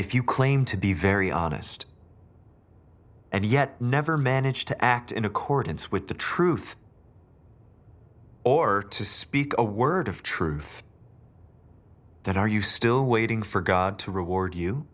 if you claim to be very honest and yet never manage to act in accordance with the truth or to speak a word of truth that are you still waiting for god to reward you